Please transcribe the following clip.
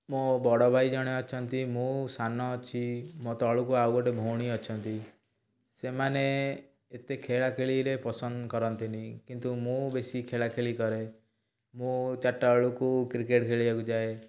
ମୋ ବଡ଼ଭାଇ ଜଣେ ଅଛନ୍ତି ମୁଁ ସାନ ଅଛି ମୋ ତଳକୁ ଆଉ ଗୋଟେ ଭଉଣୀ ଅଛନ୍ତି ସେମାନେ ଏତେ ଖେଳାଖେଳିରେ ପସନ୍ଦ କରନ୍ତିନି କିନ୍ତୁ ମୁଁ ବେଶୀ ଖେଳାଖେଳି କରେ ମୁଁ ଚାରିଟା ବେଳକୁ କ୍ରିକେଟ୍ ଖେଳିବାକୁ ଯାଏ